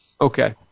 Okay